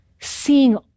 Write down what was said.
Seeing